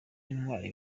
intwari